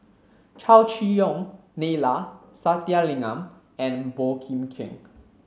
Chow Chee Yong Neila Sathyalingam and Boey Kim Cheng